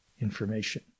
information